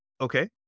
okay